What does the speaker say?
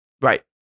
Right